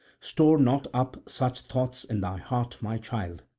store not up such thoughts in thy heart, my child.